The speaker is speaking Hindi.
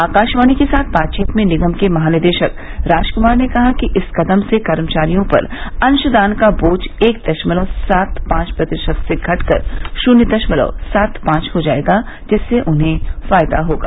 आकाशवाणी के साथ बातचीत में निगम के महानिदेशक राजकुमार ने कहा कि इस कदम से कर्मचारियों पर अंग्रदान का बोझ एक दशमलव सात पांच प्रतिशत से घटकर शून्य दशमलव सात पांच हो जायेगा जिससे उन्हें फायदा होगा